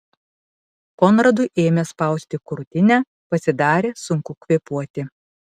konradui ėmė spausti krūtinę pasidarė sunku kvėpuoti